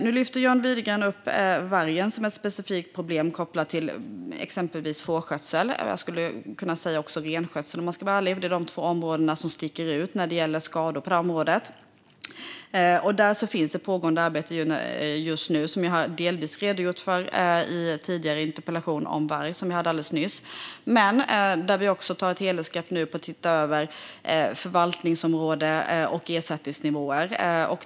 Nu lyfter John Widegren upp vargen som ett specifikt problem kopplat till exempelvis fårskötsel. Jag skulle kunna nämna också renskötsel, om jag ska vara ärlig, för det är de två områden som sticker ut när det gäller skador här. Det finns ett pågående arbete just nu som jag delvis har redogjort för i den interpellationsdebatt om varg som vi hade alldeles nyss. Vi tar också ett helhetsgrepp nu för att titta över förvaltningsområden och ersättningsnivåer.